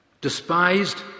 Despised